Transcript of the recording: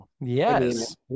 Yes